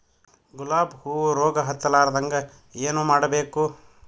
ಗುಲಾಬ್ ಹೂವು ರೋಗ ಹತ್ತಲಾರದಂಗ ಏನು ಮಾಡಬೇಕು?